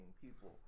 people